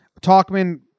Talkman